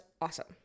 awesome